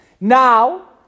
Now